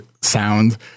sound